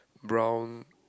brown